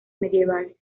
medievales